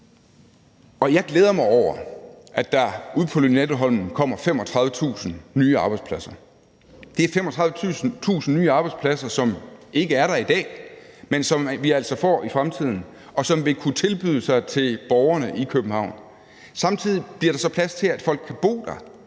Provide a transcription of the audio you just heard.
jeg glæder mig over, at der ude på Lynetteholm kommer 35.000 nye arbejdspladser. Det er 35.000 nye arbejdspladser, som ikke er der i dag, men som vi altså får i fremtiden, og som vil kunne tilbyde sig til borgerne i København. Samtidig bliver der plads til, at folk kan bo der,